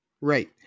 right